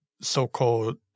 so-called